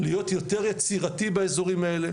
להיות יותר יצירתי באזורים האלה,